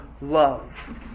love